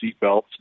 seatbelts